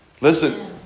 Listen